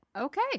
Okay